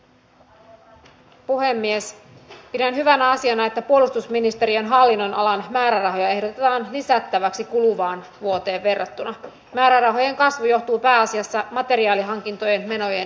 ja jos katsoo sen työryhmän tehtäviä muun muassa en nyt kaikkea rupea tässä luettelemaan niin se edistää hyvän lainvalmistelumenettelyn noudattamista hyvien käytäntöjen levittämistä seuraa lainvalmisteluoppaiden ja prosessikaavioiden käytön noudattamista käytännössä ja edistää jälkikäteisen vaikutusarvioinnin käyttöönottoa valtioneuvostossa